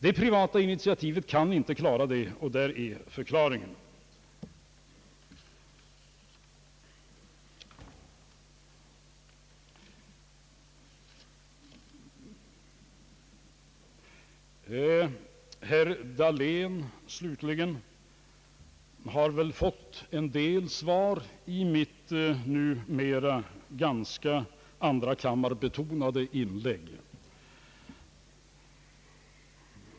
Det privata initiativet kan inte klara detta, och där är förklaringen. Herr Dahlén har väl redan fått en del svar i detta mitt numera ganska andrakammarbetonade inlägg.